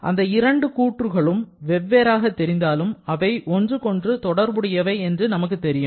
அந்த இரு கூற்றுகளும் வெவ்வேறாக தெரிந்தாலும் அவை ஒன்றுக்கொன்று தொடர்புடையவை என்று நமக்கு தெரியும்